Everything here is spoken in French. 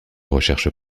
recherche